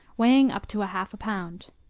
weighing up to a half pound.